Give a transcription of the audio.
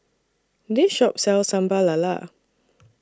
This Shop sells Sambal Lala